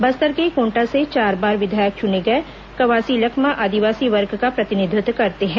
बस्तर के कोटा से चार बार विधायक चुने गए कवासी लखमा आदिवासी वर्ग का प्रतिनिधित्व करते हैं